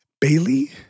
Bailey